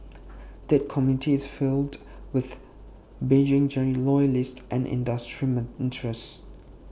that committee is filled with Beijing loyalists and industry men interests